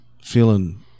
feeling